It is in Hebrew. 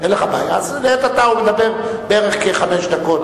אין לך בעיה, אז לעת עתה הוא מדבר בערך חמש דקות.